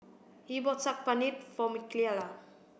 Yee bought Saag Paneer for Mikaela